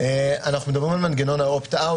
אנחנו מדברים על מנגנון ה-opt out.